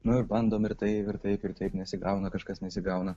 nu ir bandom ir tai ir taip ir taip nesigauna kažkas nesigauna